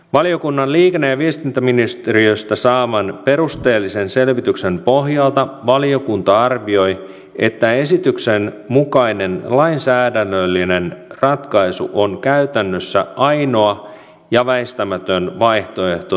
valiokunnan liikenne ja viestintäministeriöstä saaman perusteellisen selvityksen pohjalta valiokunta arvioi että esityksen mukainen lainsäädännöllinen ratkaisu on käytännössä ainoa ja väistämätön vaihtoehto tämänhetkisessä tilanteessa